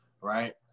right